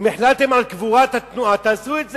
אם החלטתם על קבורת התנועה, תעשו את זה.